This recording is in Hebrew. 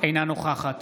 אינה נוכחת